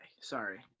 Sorry